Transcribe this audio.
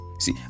See